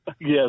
Yes